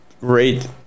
great